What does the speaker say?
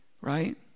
right